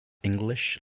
english